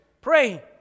Pray